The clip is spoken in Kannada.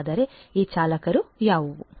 ಹಾಗಾದರೆ ಈ ಚಾಲಕರು ಯಾವುವು